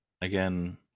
again